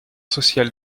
sociales